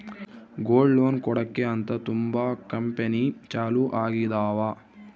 gold loan ಕೊಡಕ್ಕೆ ಅಂತ ತುಂಬಾ ಕಂಪೆನಿ ಚಾಲೂ ಆಗಿದಾವ